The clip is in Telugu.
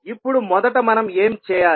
ఇప్పుడు మొదట మనం ఏమి చేయాలి